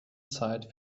zeit